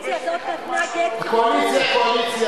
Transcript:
אבל הוא אומר לך שזה שהוא לא שומר על זכויות המיעוט,